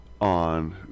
on